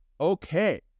okay